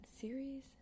series